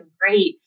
great